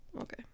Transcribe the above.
okay